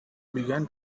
began